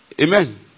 Amen